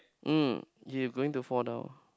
um you going to fall down